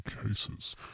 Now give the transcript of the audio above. cases